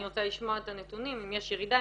אני רוצה לשמוע את הנתונים אם יש ירידה,